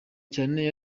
cyane